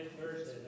Thursday